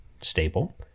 stable